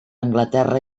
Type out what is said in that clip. anglaterra